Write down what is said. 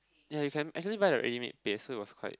ya you can actually buy the ready made paste so it was quite